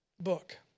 book